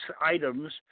items